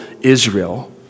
Israel